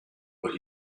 but